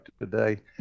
today